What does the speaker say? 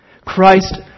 Christ